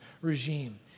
regime